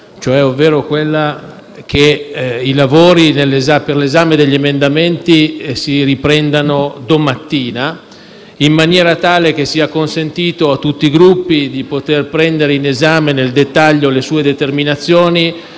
ovvero che i lavori per l'esame degli emendamenti riprendano domattina, in maniera tale che sia consentito a tutti i Gruppi di poter prendere in esame nel dettaglio le sue determinazioni